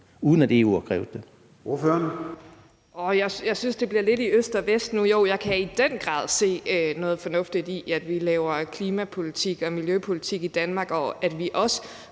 uden at EU har krævet det?